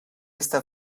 esta